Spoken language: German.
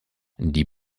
die